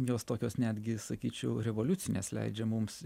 jos tokios netgi sakyčiau revoliucinės leidžia mums